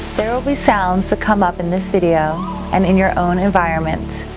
there will be sounds that come up in this video and in your own environment.